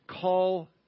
call